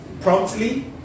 promptly